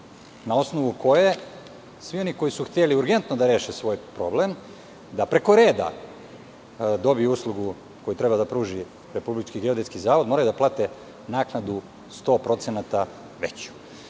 na osnovu koje svi oni koji su hteli urgentno da reše svoj problem, da preko reda dobiju uslugu koju treba da pruži Republički geodetski zavod, moraju da plate naknadu 100% veću.